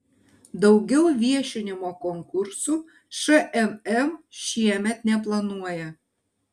daugiau viešinimo konkursų šmm šiemet neplanuoja